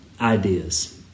ideas